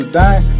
die